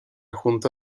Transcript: junta